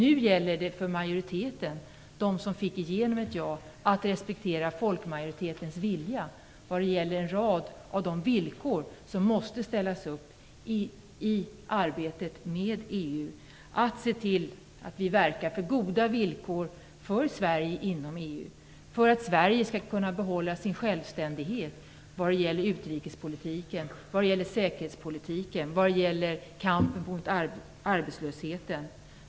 Nu gäller det för majoriteten, som fick igenom ett ja, att respektera folkmajoritetens vilja vad gäller en rad av de villkor som måste ställas upp i arbetet med EU, att se till att vi verkar för goda villkor för Sverige inom EU för att Sverige skall kunna behålla sin självständighet vad gäller utrikespolitiken, säkerhetspolitiken och kampen mot arbetslösheten.